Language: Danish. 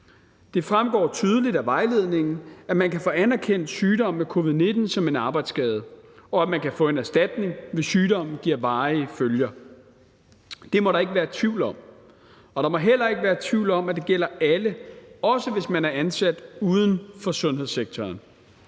Det fremgår tydeligt af vejledningen, at man kan få anerkendt sygdom med covid-19 som en arbejdsskade, og at man kan få erstatning, hvis sygdommen giver varige følger; det må der ikke være tvivl om. Og man må heller ikke være i tvivl om, at det gælder alle, også hvis man er ansat uden for sundhedssektoren.